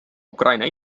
ukraina